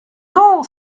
non